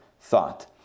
thought